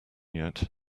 yet